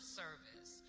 service